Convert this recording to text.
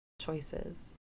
choices